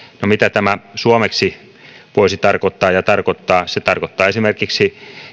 no mitä tämä suomeksi voisi tarkoittaa ja tarkoittaa se tarkoittaa esimerkiksi